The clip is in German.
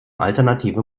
alternative